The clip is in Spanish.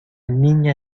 niña